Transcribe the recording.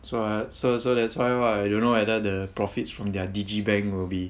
so I so so that's why why I don't know what are the profits from their digibank will be